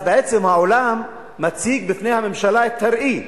אז בעצם העולם מציג בפני הממשלה את הראי,